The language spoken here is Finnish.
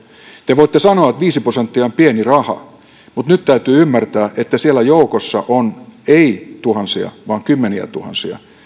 te voitte sanoa että viisi prosenttia on pieni raha mutta nyt täytyy ymmärtää että siellä joukossa on ei tuhansia vaan kymmeniätuhansia